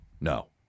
No